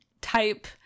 type